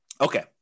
Okay